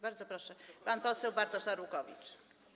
Bardzo proszę, pan poseł Bartosz Arłukowicz.